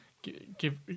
give